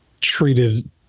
treated